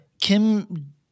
Kim